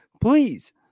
please